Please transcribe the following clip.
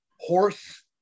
horse